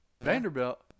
Vanderbilt